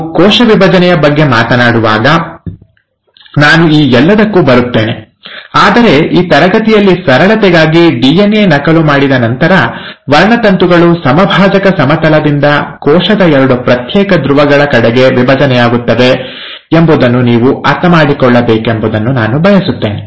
ನಾವು ಕೋಶ ವಿಭಜನೆಯ ಬಗ್ಗೆ ಮಾತನಾಡುವಾಗ ನಾನು ಈ ಎಲ್ಲದಕ್ಕೂ ಬರುತ್ತೇನೆ ಆದರೆ ಈ ತರಗತಿಯಲ್ಲಿ ಸರಳತೆಗಾಗಿ ಡಿಎನ್ಎ ನಕಲು ಮಾಡಿದ ನಂತರ ವರ್ಣತಂತುಗಳು ಸಮಭಾಜಕ ಸಮತಲದಿಂದ ಕೋಶದ ಎರಡು ಪ್ರತ್ಯೇಕ ಧ್ರುವಗಳ ಕಡೆಗೆ ವಿಭಜನೆಯಾಗುತ್ತವೆ ಎಂಬುದನ್ನು ನೀವು ಅರ್ಥಮಾಡಿಕೊಳ್ಳಬೇಕೆಂದು ನಾನು ಬಯಸುತ್ತೇನೆ